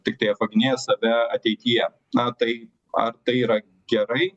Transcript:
tiktai apvaginėja save ateityje na tai ar tai yra gerai